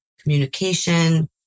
communication